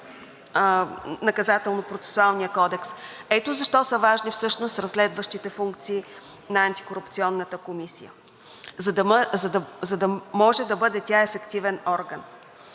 Наказателно-процесуалния кодекс. Ето защо са важни всъщност разследващите функции на Антикорупционната комисия, за да може да бъде тя ефективен орган.